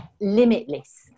limitless